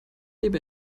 lebe